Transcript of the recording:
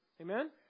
Amen